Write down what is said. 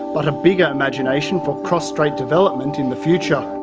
but a bigger imagination for cross-strait development in the future.